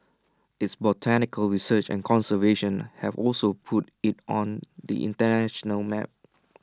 its botanical research and conservation have also put IT on the International map